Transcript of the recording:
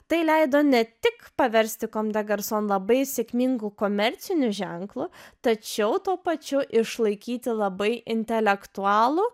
tai leido ne tik paversti kom de garson labai sėkmingu komerciniu ženklu tačiau tuo pačiu išlaikyti labai intelektualų